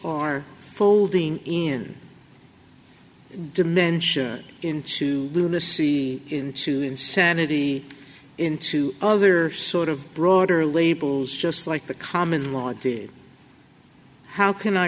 are folding in dimension into lunacy into insanity into other sort of broader labels just like the common law good how can i